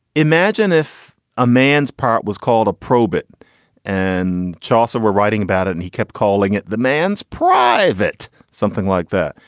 imagine if a man's part was called a probe. it and chaucer were writing about it and he kept calling it the man's private, something like that.